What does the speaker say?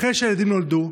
אחרי שהילדים נולדו,